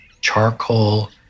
charcoal